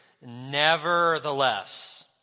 nevertheless